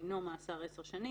דינו מאסר עשר שנים,